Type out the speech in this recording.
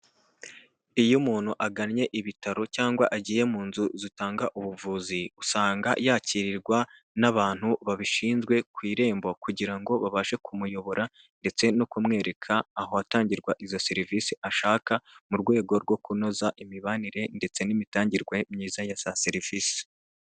Iyo umuntu agannye ibitaro cyangwa agiye mu nzu zitanga ubuvuzi usanga yakirirwa n'abantu babishinzwe ku irembo kugira ngo babashe kumuyobora ndetse no kumwereka aho hatangirwa izo serivise ashaka mu rwego rwo kunoza imibanire ndetse n'imitangirwe myiza ya za serivise.